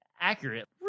accurate